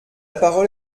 parole